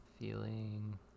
Feeling